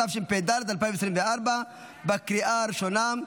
התשפ"ד 2024, לקריאה הראשונה.